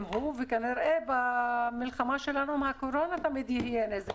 כנראה שבמלחמה שלנו מול הקורונה תמיד יהיה נזק,